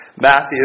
Matthew